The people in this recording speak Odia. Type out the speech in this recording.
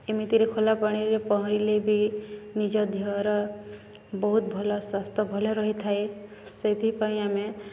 ଏମିତିରେ ଖୋଲା ପାଣିରେ ପହଁରିଲେ ବି ନିଜ ଦେହର ବହୁତ ଭଲ ସ୍ୱାସ୍ଥ୍ୟ ଭଲ ରହିଥାଏ ସେଥିପାଇଁ ଆମେ